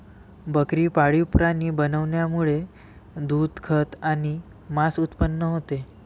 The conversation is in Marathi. बकरी पाळीव प्राणी बनवण्यामुळे दूध, खत आणि मांस उत्पन्न होते